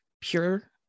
pure